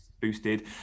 boosted